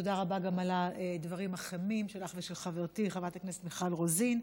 ותודה רבה גם על הדברים החמים שלך ושל חברתי חברת הכנסת מיכל רוזין.